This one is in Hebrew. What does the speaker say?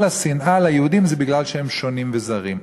השנאה ליהודים היא כי הם שונים וזרים.